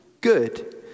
good